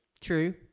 True